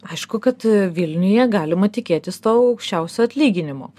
aišku kad vilniuje galima tikėtis to aukščiausio atlyginimo